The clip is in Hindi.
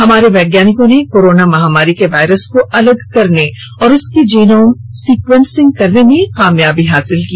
हमारे वैज्ञानिकों ने कोरोना महामारी के वायरस को अलग करने और उसकी जीनोम सीक्वेंसिंग करने में कामयाबी हासिल की